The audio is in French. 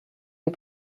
les